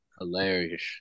Hilarious